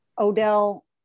Odell